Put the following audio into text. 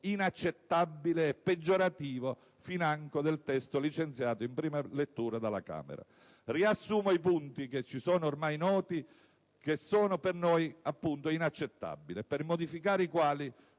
inaccettabile e peggiorativo financo del testo licenziato in prima lettura dalla Camera. Riassumo i punti, che ci sono ormai noti, per noi inaccettabili, per modificare i quali